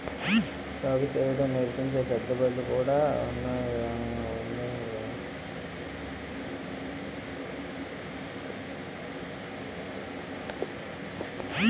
సాగుసేయడం నేర్పించే పెద్దబళ్ళు కూడా ఉన్నాయిరా మనం ఓపిగ్గా నేర్చాలి గాని